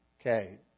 Okay